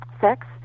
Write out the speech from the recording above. sex